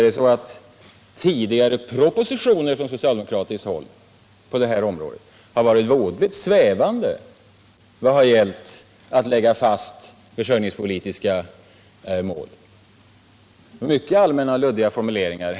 Även tidigare socialdemokratiska propositioner på detta område har varit mycket svävande när det gällt att lägga fast försörjningspolitiska mål. Där har det varit mycket luddiga och allmänna formuleringar.